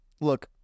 Look